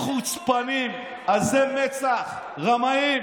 חוצפנים, עזי מצח, רמאים.